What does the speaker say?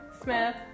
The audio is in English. Smith